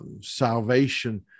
salvation